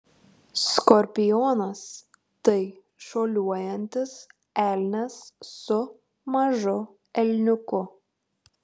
skorpionas tai šuoliuojantis elnias su mažu elniuku